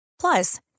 Plus